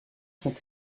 sont